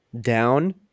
down